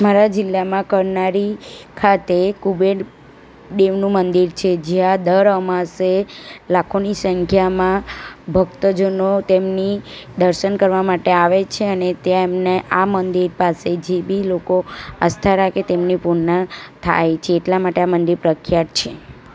મારા જિલ્લામાં કરનારી ખાતે કુબેર દેવનું મંદિર છે જ્યાં દર અમાસે લાખોની સંખ્યામાં ભક્તજનો તેમની દર્શન કરવા માટે આવે છે અને તે એમને આ મંદિર પાસે જે બી લોકો આસ્થા રાખે તેમની પૂર્ણ થાય છે એટલા માટે આ મંદિર પ્રખ્યાત છે